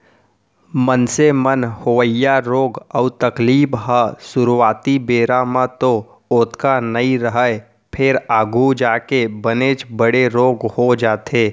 मनसे म होवइया रोग अउ तकलीफ ह सुरूवाती बेरा म तो ओतका नइ रहय फेर आघू जाके बनेच बड़े रोग हो जाथे